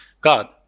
God